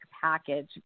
package